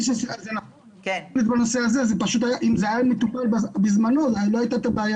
אם זה היה מטופל בזמנו לא הייתה בעיה.